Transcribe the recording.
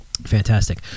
Fantastic